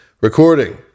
recording